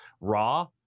raw